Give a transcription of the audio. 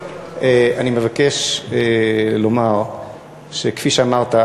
אני מבקש לומר שכפי שאמרת,